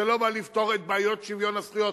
זה לא בא לפתור את בעיות שוויון הזכויות.